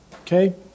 okay